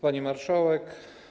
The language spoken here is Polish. Pani Marszałek!